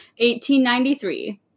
1893